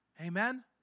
Amen